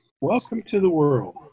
Welcome-to-the-world